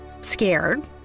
scared